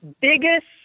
biggest